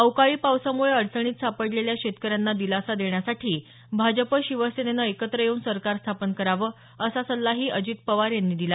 अवकाळी पावसामुळे अडचणीत सापडलेल्या शेतकऱ्यांना दिलासा देण्यासाठी भाजप शिवसेनेनं एकत्र येऊन सरकार स्थापन करावं असा सल्लाही अजित पवार यांनी दिला